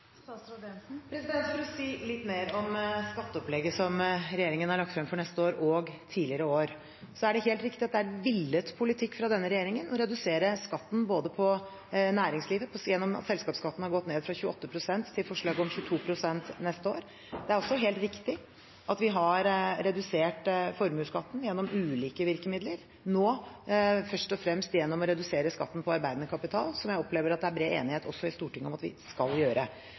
For å si litt mer om skatteopplegget som regjeringen har lagt frem for neste år og tidligere år: Det er helt riktig at det er villet politikk fra denne regjeringen å redusere skatten på næringslivet gjennom at selskapsskatten har gått ned fra 28 pst. til forslaget om 22 pst. neste år. Det er også helt riktig at vi har redusert formuesskatten gjennom ulike virkemidler, nå først og fremst gjennom å redusere skatten på arbeidende kapital, som jeg opplever at det er bred enighet også i Stortinget om at vi skal gjøre.